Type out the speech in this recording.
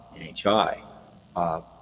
NHI